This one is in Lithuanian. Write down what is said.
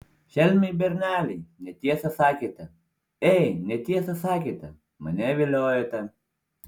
šelmiai berneliai netiesą sakėte ei netiesą sakėte mane viliojote